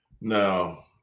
Now